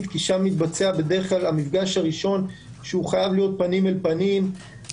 כי שם מתבצע בדרך כלל המפגש הראשון שחייב להיות פנים אל פנים,